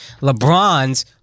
LeBron's